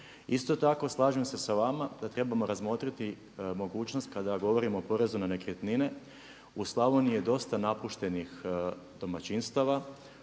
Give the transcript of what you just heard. Isto tako slažem se sa vama da trebamo razmotriti mogućnost kada govorimo o porezu na nekretnine. U Slavoniji je dosta napuštenih domaćinstava,